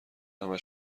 همه